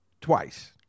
twice